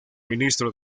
ministro